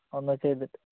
ഒന്നിച്ച് ചെയ്തിട്ട്